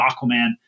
Aquaman